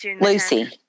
Lucy